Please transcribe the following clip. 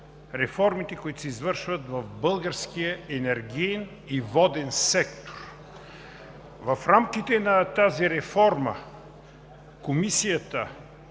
които се извършват в българския енергиен и воден сектор. В рамките на тази реформа Комисията